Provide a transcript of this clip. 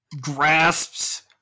grasps